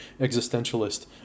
existentialist